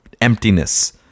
emptiness